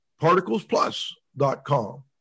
particlesplus.com